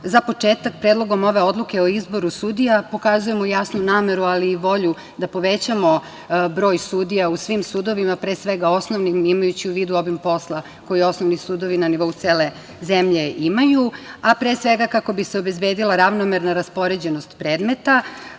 za početak Predlogom odluke o izboru sudija pokazujemo jasnu nameru ali i volju da povećamo broj sudija u svim sudovima, pre svega osnovnim, imajući u vidu obim posla koji osnovni sudovi na nivou cele zemlje imaju, a pre svega, kako bi se obezbedila ravnomerna raspoređenost predmeta